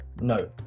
no